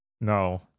No